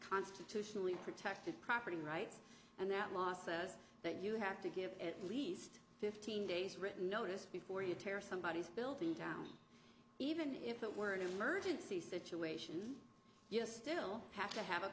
constitutionally protected property rights and that law says that you have to give at least fifteen days written notice before you tear somebody building down even if it were an emergency situation you're still have to have a